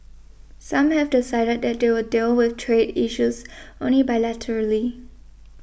some have decided that they will deal with trade issues only bilaterally